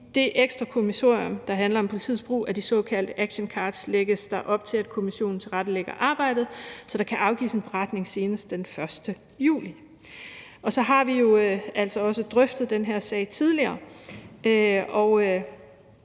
det ekstra kommissorium, der handler om politiets brug af de såkaldte actioncards, lægges der op til, at kommissionen tilrettelægger arbejdet, så der kan afgives en beretning senest den 1. juli. Så har vi jo altså også drøftet den her sag tidligere,